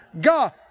God